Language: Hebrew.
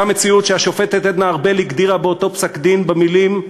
אותה מציאות שהשופטת עדנה ארבל הגדירה באותו פסק-דין במילים: